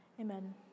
amen